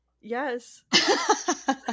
Yes